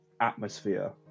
atmosphere